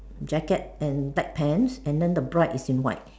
jacket and black pants and then the bride is in white